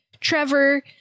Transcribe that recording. Trevor